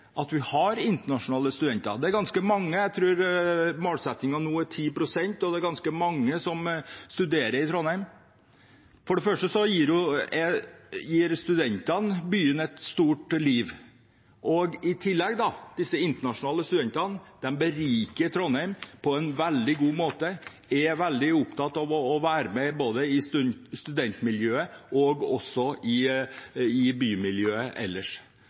at vi har internasjonale studenter. De er ganske mange, jeg tror målsettingen nå er 10 pst., og det er ganske mange som studerer i Trondheim. For det første gir studentene byen et stort liv, og i tillegg beriker disse internasjonale studentene Trondheim på en veldig god måte. De er veldig opptatt av å være med både i studentmiljøet og i bymiljøet ellers.